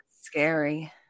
scary